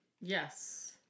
Yes